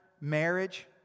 marriage